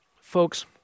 Folks